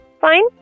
fine